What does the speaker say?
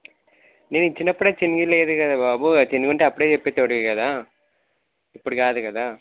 నేను ఇచ్చినప్పుడు అది చిరిగి లేదు కదా బాబు చిరిగి ఉంటె అప్పుడే చెప్పేటోడివి కదా ఇప్పుడు కాదు కదా